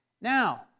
Now